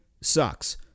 sucks